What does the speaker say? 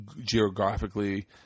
geographically